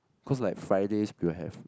cause like Fridays we will have